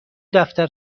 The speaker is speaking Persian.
دفتر